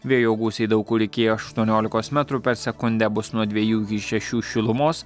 vėjo gūsiai daug kur iki aštuoniolikos metrų per sekundę bus nuo dvejų iki šešių šilumos